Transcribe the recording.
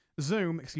Zoom